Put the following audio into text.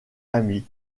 amie